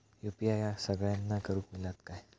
UPI सगळ्यांना करुक मेलता काय?